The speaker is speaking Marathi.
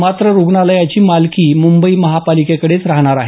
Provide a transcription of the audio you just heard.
मात्र रुग्णालयाची मालकी मुंबई महापालिकेकडेच राहणार आहे